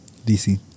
DC